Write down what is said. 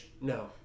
No